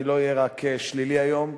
אני לא אהיה רק שלילי היום,